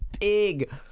big